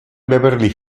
beverly